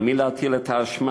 על מי להטיל את האשמה.